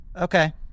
Okay